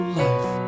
life